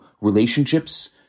relationships